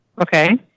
Okay